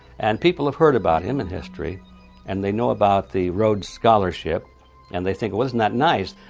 and people have heard about him in history and they know about the rhodes scholarship and they think, well, isn't that nice?